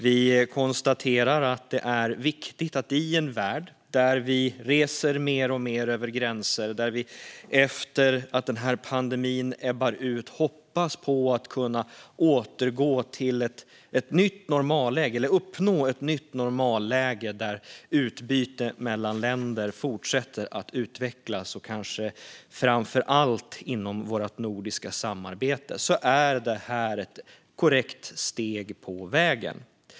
Vi konstaterar att det är viktigt i en värld där vi reser mer och mer över gränser. Vi hoppas att när pandemin ebbat ut kunna uppnå ett nytt normalläge där utbyte mellan länder fortsätter att utvecklas. Kanske framför allt inom vårt nordiska samarbete är det här ett korrekt steg på vägen.